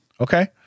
Okay